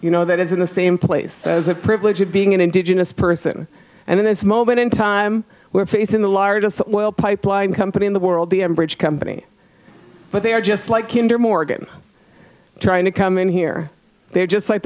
you know that is in the same place as a privilege of being an indigenous person and in this moment in time we're facing the largest oil pipeline company in the world the ambridge company but they are just like tkinter morgan trying to come in here they're just like